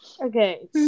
okay